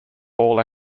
all